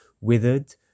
withered